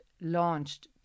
launched